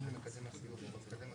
מי נגד?